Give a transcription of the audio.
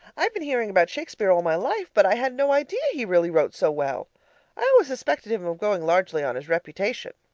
i've been hearing about shakespeare all my life, but i had no idea he really wrote so well i always suspected him of going largely on his reputation.